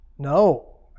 No